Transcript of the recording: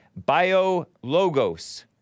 BioLogos